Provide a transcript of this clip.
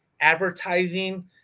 advertising